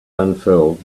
unfurled